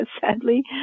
sadly